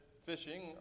fishing